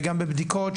וגם בבדיקות,